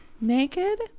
Naked